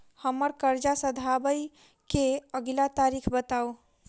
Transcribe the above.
हम्मर कर्जा सधाबई केँ अगिला तारीख बताऊ?